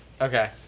Okay